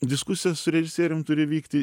diskusija su režisierium turi vykti